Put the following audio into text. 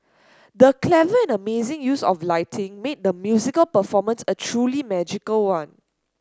the clever and amazing use of lighting made the musical performance a truly magical one